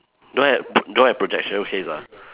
don't have b~ don't have project showcase ah